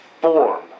form